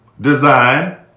design